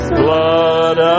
blood